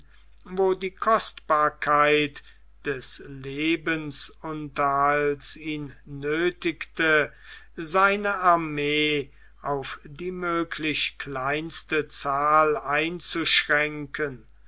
wo die kostbarkeit des lebensunterhalts ihn nöthigte seine armee auf die möglich kleinste zahl einzuschränken